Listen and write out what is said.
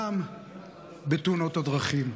גם בתאונות הדרכים.